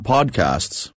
Podcasts